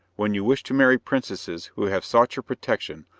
when you wish to marry princesses who have sought your protection,